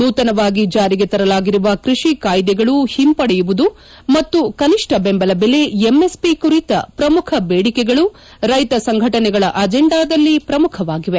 ನೂತನವಾಗಿ ಜಾರಿಗೆ ತರಲಾಗಿರುವ ಕೃಷಿ ಕಾಯಿದೆಗಳು ಹಿಂಪಡೆಯುವುದು ಮತ್ತು ಕನಿಷ್ಟ ಬೆಂಬಲ ಬೆಲೆ ಎಂಎಸ್ಪಿ ಕುರಿತ ಪ್ರಮುಖ ಬೇಡಿಕೆಗಳು ರೈತ ಸಂಘಟನೆಗಳ ಅಜೆಂಡಾದಲ್ಲಿ ಪ್ರಮುಖವಾಗಿವೆ